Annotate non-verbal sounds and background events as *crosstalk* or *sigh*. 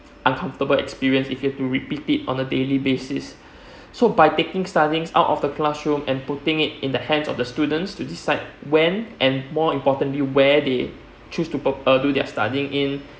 uncomfortable experience if you have to repeat it on a daily basis *breath* so by taking studying out of the classroom and putting it in the hands of the students to decide when and more importantly where they choose to p~ uh do their studying in